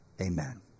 amen